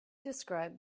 described